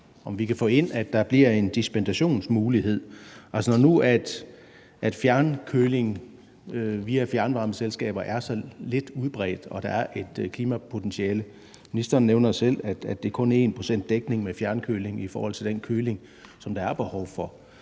om vi kan få ind, at der bliver en dispensationsmulighed, når nu fjernkøling via fjernvarmeselskaber er så lidt udbredt og der er et klimapotentiale. Ministeren nævner selv, at der kun er 1 pct. dækning med fjernkøling i forhold til den køling, som der er behov for.